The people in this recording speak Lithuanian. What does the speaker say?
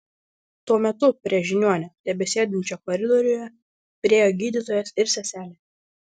tuo metu prie žiniuonio tebesėdinčio koridoriuje priėjo gydytojas ir seselė